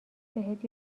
بهت